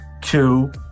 two